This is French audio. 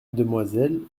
demoiselle